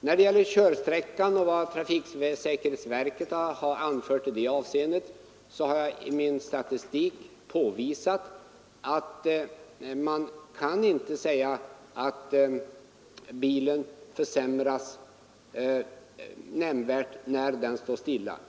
När det gäller körsträcka och vad trafiksäkerhetsverket anfört i det avseendet har jag i min statistik påvisat att en bil inte försämras påvisbart när den står stilla.